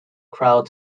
crowd